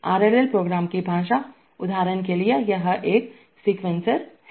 RLL program की भाषा उदाहरण के लिए यह एक सीक्वेंसर है